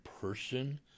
person